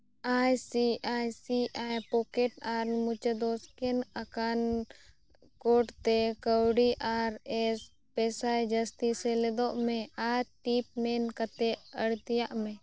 I C I C I pocket ᱟᱨ ᱢᱩᱪᱟᱹᱫᱚ scan ᱟᱠᱟᱱ ᱠᱳᱰᱛᱮ ᱠᱟᱹᱣᱰᱤ ᱟᱨ ᱮᱥ ᱯᱮ ᱥᱟᱭ ᱡᱟᱹᱥᱛᱤ ᱥᱮᱞᱮᱫᱚᱜ ᱢᱮ ᱟᱨ ᱴᱤᱯ ᱢᱮᱱ ᱠᱟᱛᱮᱫ ᱟᱹᱲᱛᱤᱭᱟᱜ ᱢᱮ